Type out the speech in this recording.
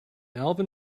alvin